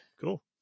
cool